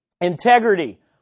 Integrity